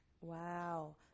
Wow